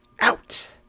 Out